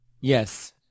Yes